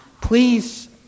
please